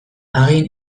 hagin